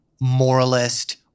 moralist